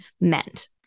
meant